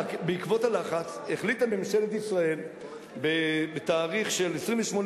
בעקבות הלחץ החליטה ממשלת ישראל לפני שנה,